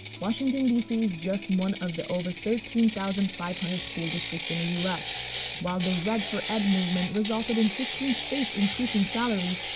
washington, d c. is just one of the over thirteen thousand five hundred school districts in the us, while the red for ed movement resulted in fifteen states increasing salaries.